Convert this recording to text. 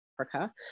Africa